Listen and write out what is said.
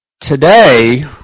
Today